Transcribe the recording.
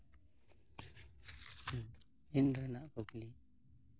ᱤᱱ ᱨᱮᱱᱟᱜ ᱨᱮᱱᱟᱜ ᱠᱩᱠᱞᱤ